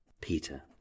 Peter